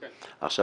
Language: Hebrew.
עכשיו,